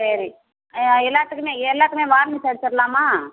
சரி எல்லாத்துக்குமே எல்லாத்துக்குமே வார்னிஷ் அடிச்சிடலாமா